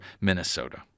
Minnesota